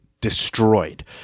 destroyed